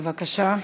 בבקשה.